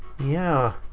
yeah.